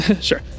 sure